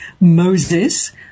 Moses